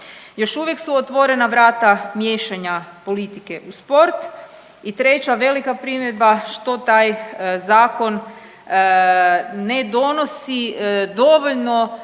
Još uvijek su otvorena vrata miješanja politike u sport. I treća velika primjedba što taj zakon ne donosi dovoljno